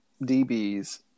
DBs